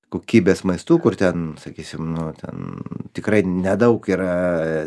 kokybės maistų kur ten sakysim nu ten tikrai nedaug yra